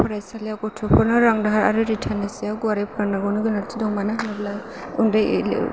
फरायसालियाव गथ'फोरखो दाहार आरो रिटार्ननि सायाव फोरोंनो गोनां गोनांथि दं मानो होनोब्ला उन्दै